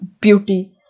beauty